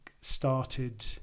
started